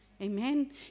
Amen